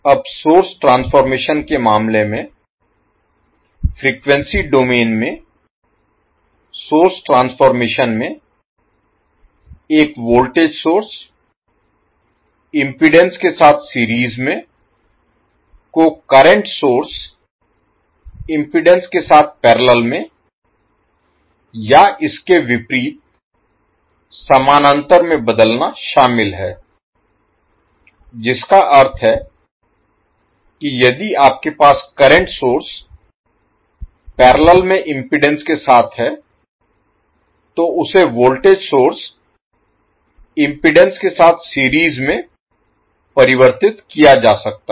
अब source transformation Transformation परिवर्तन के मामले में फ्रीक्वेंसी डोमेन में सोर्स ट्रांसफॉर्मेशन Transformation परिवर्तन में एक वोल्टेज सोर्स इम्पीडेन्स के साथ सीरीज में को करंट सोर्स इम्पीडेन्स के साथ पैरेलल में या इसके विपरीत समानांतर में बदलना शामिल है जिसका अर्थ है कि यदि आपके पास करंट सोर्स पैरेलल में इम्पीडेन्स के साथ है तो उसे वोल्टेज सोर्स इम्पीडेन्स के साथ सीरीज में परिवर्तित किया जा सकता है